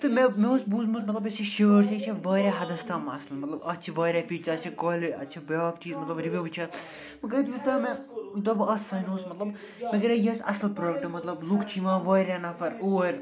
تہٕ مےٚ مےٚ اوس بوٗزمُت مطلب یۄس یہِ شٲٹ چھےٚ یہِ چھےٚ وارِیاہ حَدس تام اصٕل مطلب اتھ چھِ وارِیاہ پہِ اَتھ چھِ کالہِ اتھ چھِ بیٛاکھ چیٖز مطلب رِوِو چھِ اتھ مگر یوٗتاہ مےٚ یوٗتاہ بہٕ اَتھ سنیوس مطلب مےٚ گٔے راے یہِ آسہِ اصٕل پرٛوڈکٹ مطلب لُکھ چھِ یِوان وارِیاہ نفر اور